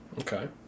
Okay